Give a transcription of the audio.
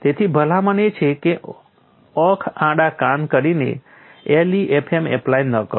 તેથી ભલામણ એ છે કે આંખ આડા કાન કરીને LEFM એપ્લાય ન કરો